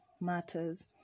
matters